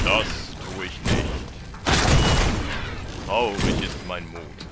das tu ich nicht sprach hagen traurig ist mein mut